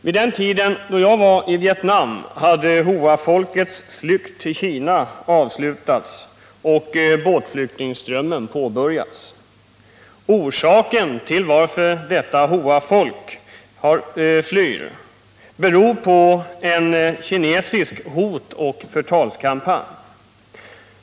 Vid den tiden då jag var i Vietnam hade Hoafolkets flykt till Kina avslutats och båtflyktingströmmen just påbörjats. Orsaken till att detta Hoafolk flyr är en kinesisk hotoch förtalskampanj.